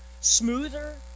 smoother